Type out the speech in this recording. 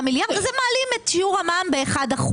מיליארד אז הם מעלים את שיעור המע"מ ב-1%,